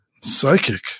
Psychic